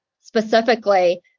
specifically